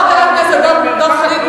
חבר הכנסת דב חנין,